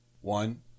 One